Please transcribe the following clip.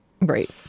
Right